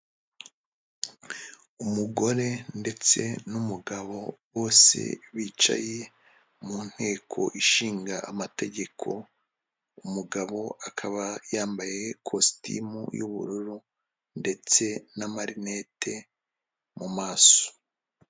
Umugore ndetse n'umugabo bose bicaye mu nteko ishinga amategeko, umugabo akaba yambaye kositimu y'ubururu ndetse n'amarinete mu maso.